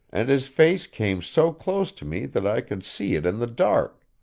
and his face came so close to me that i could see it in the dark.